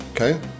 Okay